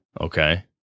Okay